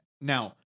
Now